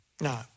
no